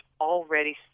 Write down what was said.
already